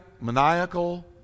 maniacal